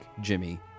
Jimmy